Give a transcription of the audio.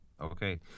Okay